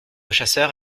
chasseurs